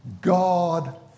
God